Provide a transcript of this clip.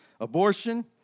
Abortion